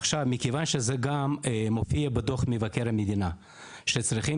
מכיוון שגם בדו"ח מבקר המדינה מופיע שזו